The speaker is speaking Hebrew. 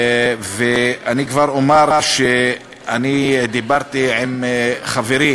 ואני כבר אומר שדיברתי עם חברי